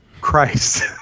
Christ